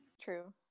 True